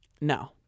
No